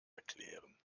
erklären